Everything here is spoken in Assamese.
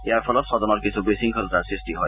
ইয়াৰ ফলত সদনত কিছু বিশংখলতাৰ সৃষ্টি হয়